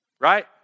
Right